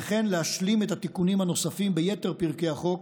וכן להשלים את התיקונים הנוספים ביתר פרקי החוק,